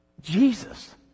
Jesus